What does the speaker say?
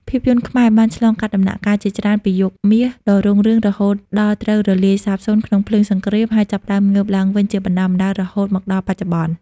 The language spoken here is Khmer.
ភាពយន្តខ្មែរបានឆ្លងកាត់ដំណាក់កាលជាច្រើនពីយុគមាសដ៏រុងរឿង រហូតដល់ត្រូវរលាយសាបសូន្យក្នុងភ្លើងសង្គ្រាម ហើយចាប់ផ្ដើមងើបឡើងវិញជាបណ្ដើរៗរហូតមកដល់បច្ចុប្បន្ន។